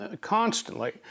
constantly